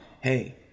Hey